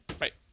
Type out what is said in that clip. Right